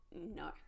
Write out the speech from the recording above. No